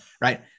right